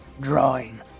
drawing